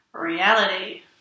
Reality